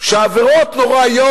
שעבירות נוראיות,